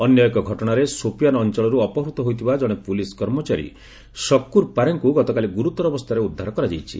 ଅନ୍ୟଏକ ଘଟଣାରେ ସୋପିଆନ୍ ଅଞ୍ଚଳରୁ ଅପହୃତ ହୋଇଥିବା କଣେ ପୁଲିସ୍ କର୍ମଚାରୀ ସକୁର୍ ପାରେଙ୍କୁ ଗତକାଲି ଗୁରୁତର ଅବସ୍ଥାରେ ଉଦ୍ଧାର କରାଯାଇଛି